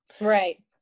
Right